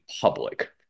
public